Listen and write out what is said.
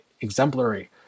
exemplary